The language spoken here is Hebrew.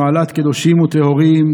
במעלת קדושים וטהורים,